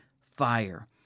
fire